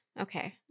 Okay